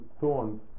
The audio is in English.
thorns